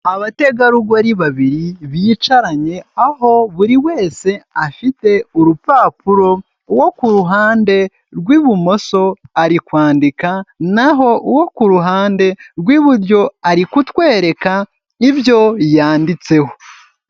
Abategarugori babiri bicaranye aho buri wese afite urupapuro uwo ku ruhande rw'ibumoso ari kwandika n'aho uwo ku ruhande rw'iburyo ari kutwereka ibyo yanditseho.